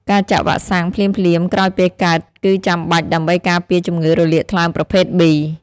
ការចាក់វ៉ាក់សាំងភ្លាមៗក្រោយពេលកើតគឺចាំបាច់ដើម្បីការពារជំងឺរលាកថ្លើមប្រភេទ B។